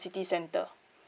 city centre